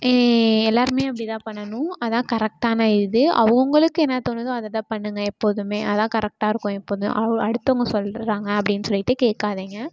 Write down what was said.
இ எல்லாேருமே அப்படி தான் பண்ணணும் அதுதான் கரெக்டான இது அவங்களுக்கு என்ன தோணுதோ அதை தான் பண்ணுங்கள் எப்போதுமே அதுதான் கரெக்டாக இருக்கும் எப்போதும் அவ் அடுத்தவங்க சொல்கிறாங்க அப்படின்னு சொல்லிட்டு கேட்காதீங்க